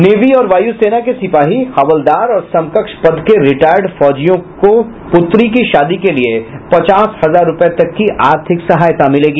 navy और वायू सेना के सिपाही हवलदार और समकक्ष पद के रिटायर्ड फौजियों को पुत्री की शादी के लिए पचास हजार रूपये तक की आर्थिक सहायता मिलेगी